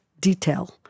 detail